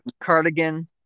cardigan